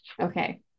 okay